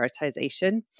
prioritization